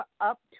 up